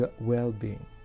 well-being